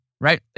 right